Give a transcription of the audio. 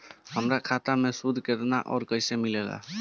हमार खाता मे सूद केतना आउर कैसे मिलेला?